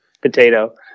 potato